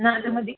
എന്നാൽ അത് മതി